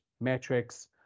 metrics